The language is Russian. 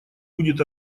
будет